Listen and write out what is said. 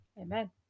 Amen